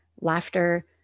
laughter